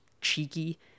cheeky